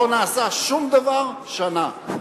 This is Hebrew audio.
לא נעשה שום דבר שנה.